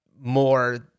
more